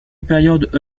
période